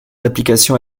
application